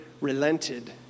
relented